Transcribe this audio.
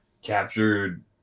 captured